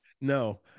No